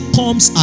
comes